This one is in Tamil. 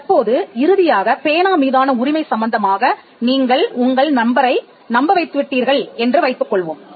தற்போது இறுதியாக பேனா மீதான உரிமை சம்பந்தமாக நீங்கள் உங்கள் நண்பரை நம்ப வைத்து விட்டீர்கள் என்று வைத்துக்கொள்வோம்